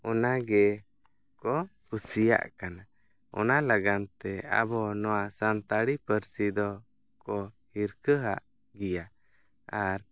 ᱚᱱᱟᱜᱮ ᱠᱚ ᱠᱩᱥᱤᱭᱟᱜ ᱠᱟᱱᱟ ᱚᱱᱟ ᱞᱟᱜᱟᱱ ᱛᱮ ᱟᱵᱚ ᱱᱚᱣᱟ ᱥᱟᱱᱛᱟᱲᱤ ᱯᱟᱹᱨᱥᱤ ᱫᱚ ᱠᱚ ᱦᱤᱨᱠᱷᱟᱹᱦᱟᱜ ᱜᱮᱭᱟ ᱟᱨ